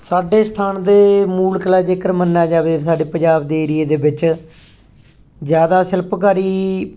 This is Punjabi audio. ਸਾਡੇ ਸਥਾਨ ਦੇ ਮੂਲ ਕਲਾ ਜੇਕਰ ਮੰਨਿਆ ਜਾਵੇ ਸਾਡੇ ਪੰਜਾਬ ਦੇ ਏਰੀਏ ਦੇ ਵਿੱਚ ਜ਼ਿਆਦਾ ਸ਼ਿਲਪਕਾਰੀ